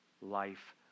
life